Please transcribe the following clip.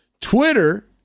Twitter